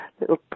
little